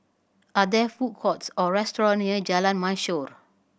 are there food courts or restaurant near Jalan Mashor